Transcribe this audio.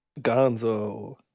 Gonzo